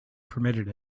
permitted